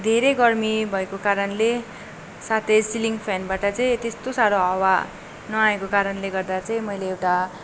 धेरै गर्मी भएको कारणले साथै सिलिङ फ्यानबाट चाहिँ त्यस्तो साह्रो हावा नआएको कारणले गर्दा चाहिँ मैले एउटा